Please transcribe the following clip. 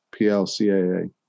PLCAA